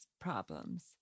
problems